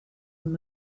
and